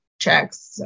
checks